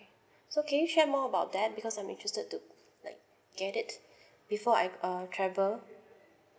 so can you share more about that because I'm interested to like get it before I uh travel